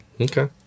okay